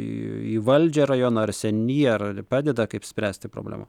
į į valdžią rajono ar seniūniją ar padeda kaip spręsti problemą